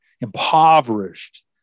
impoverished